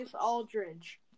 Aldridge